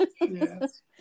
Yes